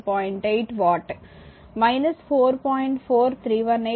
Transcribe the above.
4318 kilowatt వస్తుంది